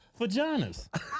Vaginas